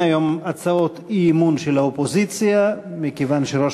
אין היום הצעות אי-אמון של האופוזיציה מכיוון שראש